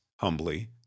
humbly